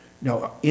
Now